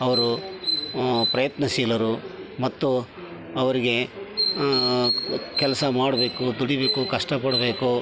ಅವರು ಪ್ರಯತ್ನಶೀಲರು ಮತ್ತು ಅವರಿಗೆ ಕೆಲಸ ಮಾಡಬೇಕು ದುಡಿಬೇಕು ಕಷ್ಟ ಪಡಬೇಕು